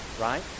right